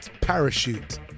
parachute